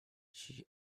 she